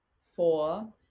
four